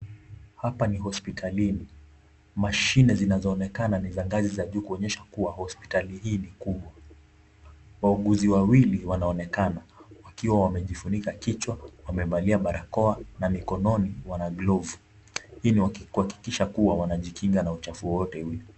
Hapa ni hospitalini. Mashine zinazoonekana ni za ngazi za juu kuonyesha kuwa hospitali hii ni kubwa. Wauguzi wawili wanaonekana wakiwa wamejifunika kichwa, wamevalia barakoa na mikononi wana glovu. Hii ni kuhakikisha kuwa wanajikinga na uchafu wowote ule.